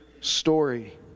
story